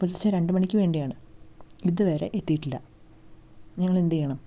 പുലർച്ച രണ്ടുമണിക്ക് വേണ്ടിയാണ് ഇതുവരെ എത്തിയിട്ടില്ല ഞങ്ങൾ എന്തീയ്യണം